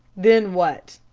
then what?